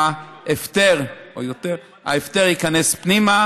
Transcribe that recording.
ההפטר ייכנס פנימה.